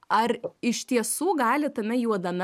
ar iš tiesų gali tame juodame